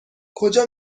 کجا